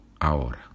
ahora